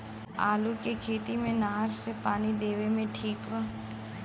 आलू के खेती मे नहर से पानी देवे मे ठीक बा?